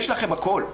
יש לכם הכול.